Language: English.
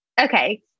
Okay